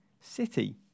City